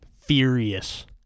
furious